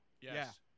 Yes